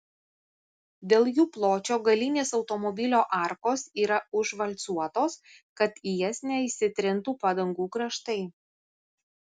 dėl jų pločio galinės automobilio arkos yra užvalcuotos kad į jas nesitrintų padangų kraštai